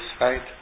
right